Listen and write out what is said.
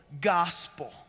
gospel